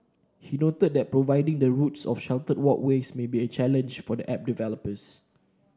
he noted that providing the routes of sheltered walkways may be a challenge for the app developers